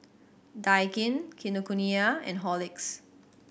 Daikin Kinokuniya and Horlicks